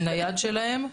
בנייד שלהם.